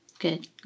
Good